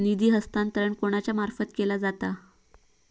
निधी हस्तांतरण कोणाच्या मार्फत केला जाता?